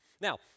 Now